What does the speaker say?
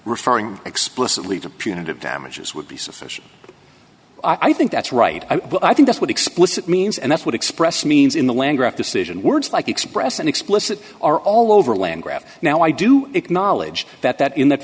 referring explicitly to punitive damages would be sufficient i think that's right i think that's what explicit means and that's what express means in the language decision words like express and explicit are all over land grabs now i do acknowledge that that in that